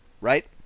Right